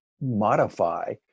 modify